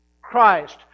Christ